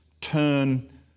turn